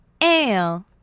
Ale